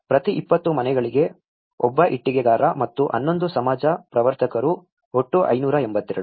ಪ್ರತಿ 20 ಮನೆಗಳಿಗೆ ಒಬ್ಬ ಇಟ್ಟಿಗೆಗಾರ ಮತ್ತು 11 ಸಮಾಜ ಪ್ರವರ್ತಕರು ಒಟ್ಟು 582